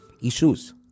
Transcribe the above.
issues